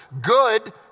Good